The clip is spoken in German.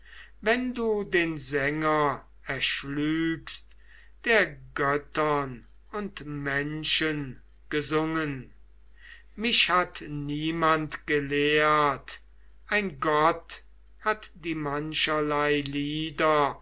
wenn du den sänger erschlügst der göttern und menschen gesungen mich hat niemand gelehrt ein gott hat die mancherlei lieder